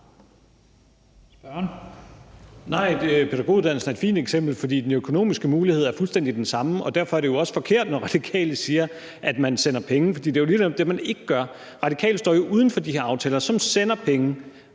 (S): Nej, pædagoguddannelsen er et fint eksempel, for den økonomiske mulighed er fuldstændig den samme, og derfor er det jo også forkert, når Radikale siger, at man sender penge, for det er jo lige netop det, man ikke gør. Radikale står jo uden for de her aftaler, som sender penge,